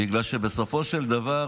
בגלל שבסופו של דבר